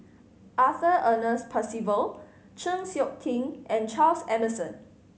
Arthur Ernest Percival Chng Seok Tin and Charles Emmerson